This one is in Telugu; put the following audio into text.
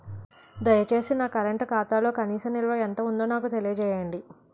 దయచేసి నా కరెంట్ ఖాతాలో కనీస నిల్వ ఎంత ఉందో నాకు తెలియజేయండి